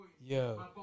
Yo